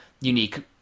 unique